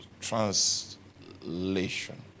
Translation